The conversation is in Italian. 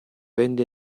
rende